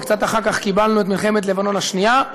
וקצת אחר כך קיבלנו את מלחמת לבנון השנייה,